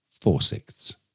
four-sixths